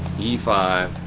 e five